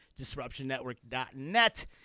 DisruptionNetwork.net